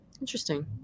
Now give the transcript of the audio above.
Interesting